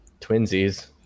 Twinsies